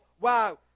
wow